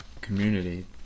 community